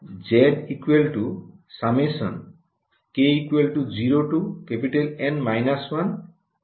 সুতরাং আপনি এটিই করতে চান ঠিক আছে